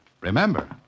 Remember